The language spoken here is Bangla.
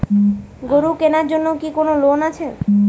গরু কেনার জন্য কি কোন লোন আছে?